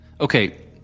Okay